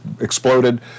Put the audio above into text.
exploded